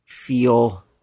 feel